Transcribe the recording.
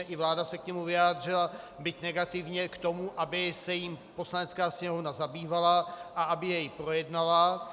I vláda se k němu vyjádřila, byť negativně k tomu, aby se jím Poslanecká sněmovna zabývala a aby jej projednala.